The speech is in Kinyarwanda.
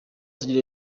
sugira